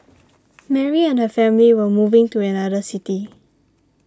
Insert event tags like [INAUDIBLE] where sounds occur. [NOISE] Mary and her family were moving to another city